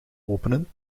openen